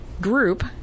group